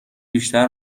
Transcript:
بیشتر